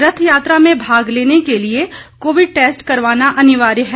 रथ यात्रा में भाग लेने के लिए कोविड टैस्ट करवाना अनिवार्य है